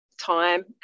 Time